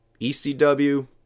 ECW